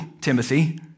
Timothy